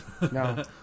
no